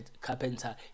carpenter